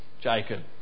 Jacob